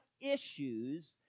issues